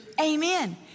amen